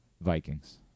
Vikings